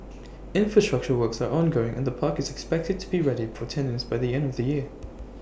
infrastructure works are ongoing and the park is expected to be ready for tenants by the end of the year